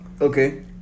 okay